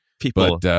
People